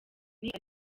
ariko